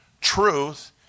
truth